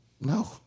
No